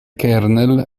kernel